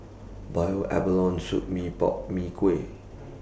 boiled abalone Soup Mee Pok Mee Kuah